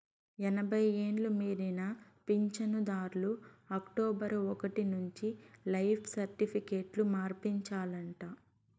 ఎనభై ఎండ్లు మీరిన పించనుదార్లు అక్టోబరు ఒకటి నుంచి లైఫ్ సర్టిఫికేట్లు సమర్పించాలంట